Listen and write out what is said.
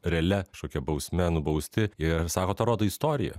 realia kažkokia bausme nubausti ir sako tą rodo istorija